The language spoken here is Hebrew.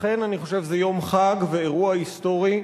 אכן אני חושב שזה יום חג ואירוע היסטורי,